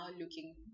looking